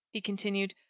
he continued.